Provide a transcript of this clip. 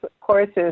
courses